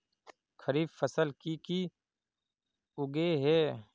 खरीफ फसल की की उगैहे?